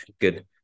Good